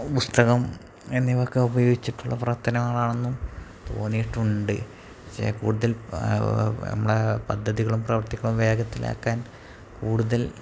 പുസ്തകം എന്നിവയൊക്കെ ഉപയോഗിച്ചിട്ടുള്ള പ്രവർത്തനമാണെന്നും തോന്നിയിട്ടുണ്ട് പക്ഷേ കൂടുതൽ നമ്മളെ പദ്ധതികളും പ്രവൃത്തികളും വേഗത്തിലാക്കാൻ കൂടുതൽ